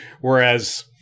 whereas